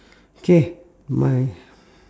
K my